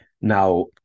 Now